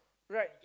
right